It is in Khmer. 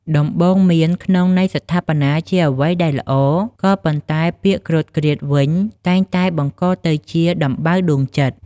ដំបូន្មានក្នុងន័យស្ថាបនាជាអ្វីមួយដែលល្អ ក៏ប៉ុន្តែពាក្យគ្រោតគ្រាតវិញតែងតែបង្កទៅជាដំបៅដួងចិត្ត។